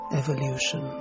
evolution